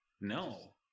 No